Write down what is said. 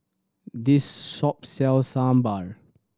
this shop sells Sambar